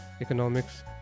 economics